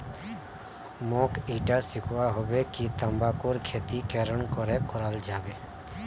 मोक ईटा सीखवा हबे कि तंबाकूर खेती केरन करें कराल जाबे